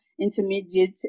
intermediate